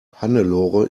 hannelore